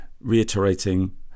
reiterating